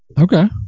Okay